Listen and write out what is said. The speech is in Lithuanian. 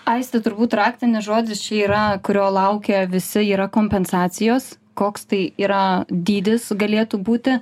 aiste turbūt raktinis žodis čia yra kurio laukė visi yra kompensacijos koks tai yra dydis galėtų būti